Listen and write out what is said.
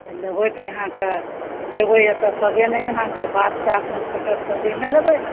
लेबै तऽ अहाँकेॅं एबै एतऽ तबे ने अहाँकेँ बात तातमे पटत तबे ने लेबै